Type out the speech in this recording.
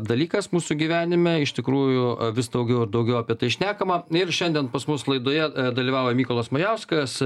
dalykas mūsų gyvenime iš tikrųjų vis daugiau ir daugiau apie tai šnekama ir šiandien pas mus laidoje dalyvauja mykolas majauskas